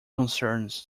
concerns